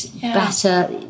better